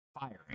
firing